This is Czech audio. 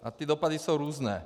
A ty dopady jsou různé.